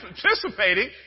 participating